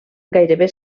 gairebé